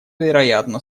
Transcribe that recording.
вероятно